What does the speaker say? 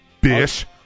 bish